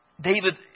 David